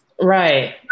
right